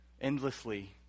endlessly